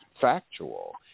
factual